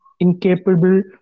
incapable